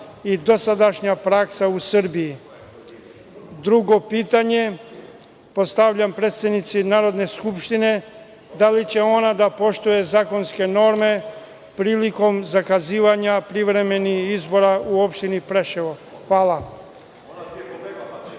i dosadašnja praksa u Srbiji? Drugo pitanje postavljam predsednici Narodne skupštine – da li će ona da poštuje zakonske norme prilikom zakazivanja privremenih izbora u opštini Preševo? Hvala.